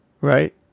right